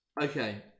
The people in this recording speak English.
Okay